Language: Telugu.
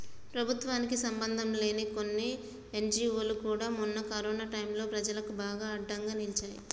ప్రభుత్వానికి సంబంధంలేని కొన్ని ఎన్జీవోలు కూడా మొన్న కరోనా టైంలో ప్రజలకు బాగా అండగా నిలిచాయి